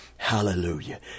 Hallelujah